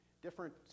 different